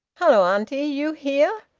hello, auntie, you here!